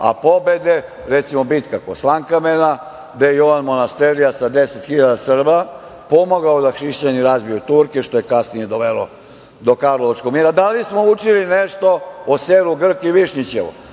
a pobede, recimo Bitka kod Slankamena, gde je Jovan Monasterija sa 10 hiljada Srba pomogao da hrišćani razbiju Turke, što je kasnije dovelo do Karlovačkog mira. Da li smo učili nešto o selu Grk i Višnjićevo?